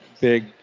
big